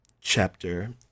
chapter